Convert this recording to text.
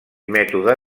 mètode